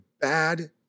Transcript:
bad